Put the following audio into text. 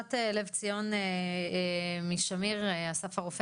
אסנת לבציון משמיר - אסף הרופא.